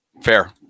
Fair